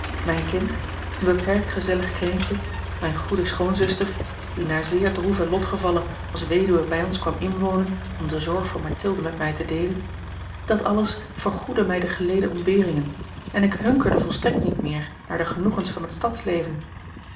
mijn kind een beperkt gezellig kringetje mijne goede schoonzuster die na zeer droeve lotgevallen als weduwe bij ons kwam inwonen om de zorg voor mathilde met mij te deelen dat alles vergoedde mij de geleden ontberingen en ik hunkerde volstrekt niet meer naar de genoegens van het stadsleven